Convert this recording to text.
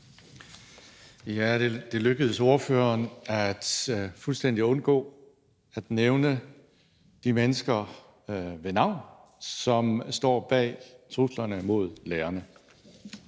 Det lykkedes ordføreren fuldstændig at undgå at nævne de mennesker, som står bag truslerne mod lærerne,